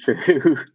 true